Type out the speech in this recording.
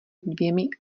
dvěmi